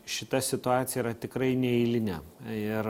šita situacija yra tikrai neeilinė ir